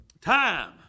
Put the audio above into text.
time